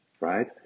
right